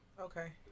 okay